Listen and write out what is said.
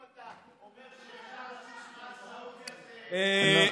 אם אתה אומר שאפשר לטוס מעל סעודיה זאת אמירה.